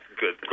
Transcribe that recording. good